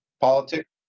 politics